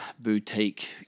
Boutique